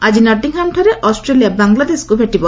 ଆଜି ନଟିଂହାମ୍ଠାରେ ଅଷ୍ଟ୍ରେଲିଆ ବଂଲାଦେଶକୁ ଭେଟିବ